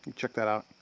check that out.